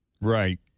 Right